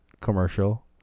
commercial